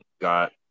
got